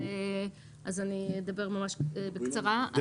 אז אני אדבר ממש בקצרה.